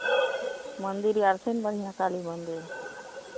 मन्दिर आर छै ने बढ़िआँ काली मन्दिर